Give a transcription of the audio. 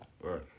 Right